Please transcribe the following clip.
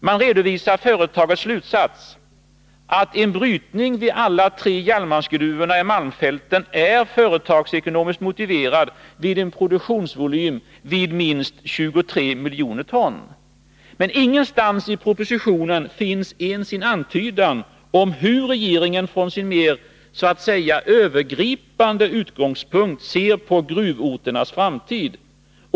Man redovisar företagets slutsats — att en brytning vid alla tre järnmalmsgruvorna i malmfälten är företagsekonomiskt motiverad vid en produktionsvolym av minst 23 miljoner ton. Men ingenstans i propositionen finns ens en antydan om hur regeringen från sin mer så att säga övergripande utgångspunkt ser på gruvorternas framtid.